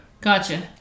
Gotcha